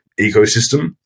ecosystem